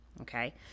Okay